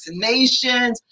vaccinations